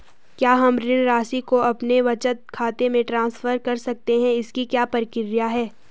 क्या हम ऋण राशि को अपने बचत खाते में ट्रांसफर कर सकते हैं इसकी क्या प्रक्रिया है?